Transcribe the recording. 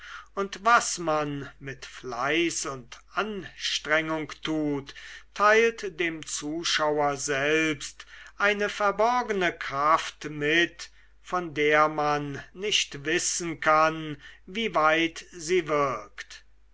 und was man mit fleiß und anstrengung tut teilt dem zuschauer selbst eine verborgene kraft mit von der man nicht wissen kann wie weit sie wirkt